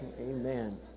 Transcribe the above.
Amen